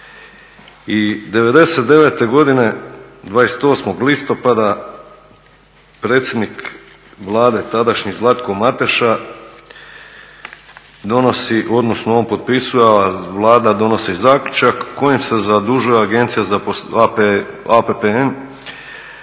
I '99. godine, 28. listopada predsjednik Vlade tadašnji, Zlatko Mateša, donosi, odnosno on potpisuje, a Vlada donosi zaključak kojim se zadužuje agencija za APPN